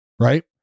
right